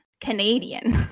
Canadian